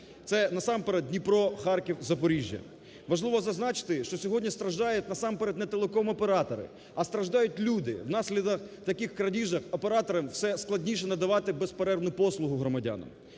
Це, насамперед, Дніпро, Харків, Запоріжжя. Важливо зазначити, що сьогодні страждають, насамперед, не телеком-оператори, а страждають люди. Внаслідок таких крадіжок операторам все складніше надавати безперервно послугу громадянам.